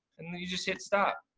and then you just hit stop.